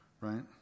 right